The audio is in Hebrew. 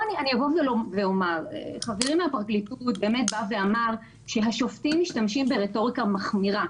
חברי מן הפרקליטות אמר שהשופטים משתמשים ברטוריקה מחמירה.